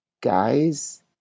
guys